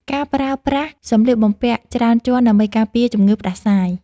ការប្រើប្រាស់សម្លៀកបំពាក់ច្រើនជាន់ដើម្បីការពារជំងឺផ្ដាសាយ។